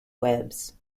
webs